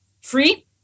free